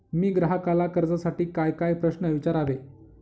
मी ग्राहकाला कर्जासाठी कायकाय प्रश्न विचारावे?